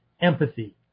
empathy